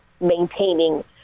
maintaining